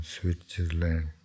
Switzerland